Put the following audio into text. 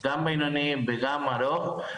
גם בינוני וגם ארוך.